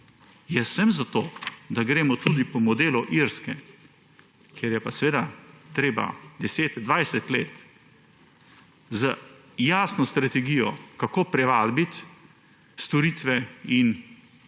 Jaz sem za to, da gremo tudi po modelu Irske, kjer je pa seveda treba 10, 20 let z jasno strategijo, kako privabiti storitve in tuje